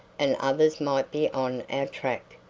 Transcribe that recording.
and others might be on our track,